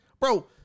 Bro